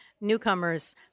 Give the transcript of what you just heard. newcomers